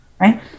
right